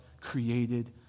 created